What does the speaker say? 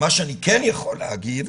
מה שאני כן יכול להגיד,